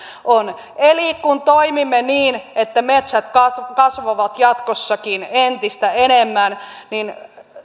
on eli kun toimimme niin että metsät kasvavat jatkossakin entistä enemmän niin